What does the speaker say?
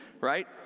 Right